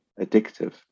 addictive